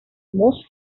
most